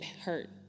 hurt